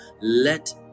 let